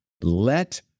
Let